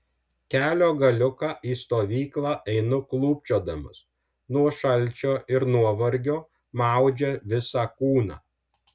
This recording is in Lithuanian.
kelio galiuką į stovyklą einu klūpčiodamas nuo šalčio ir nuovargio maudžia visą kūną